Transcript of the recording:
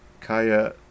Kaya